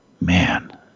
man